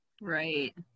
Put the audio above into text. right